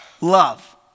love